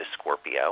Scorpio